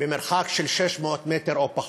במרחק של 600 מטר או פחות,